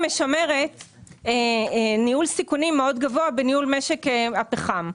משמרת ניהול סיכונים גבוה מאוד בניהול משק הפחם?